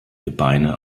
gebeine